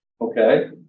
okay